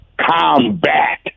combat